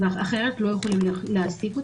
אחרת לא יכולים להעסיק אותם.